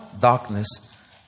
darkness